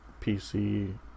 pc